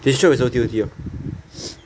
this job is O_T_O_T loh